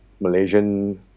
Malaysian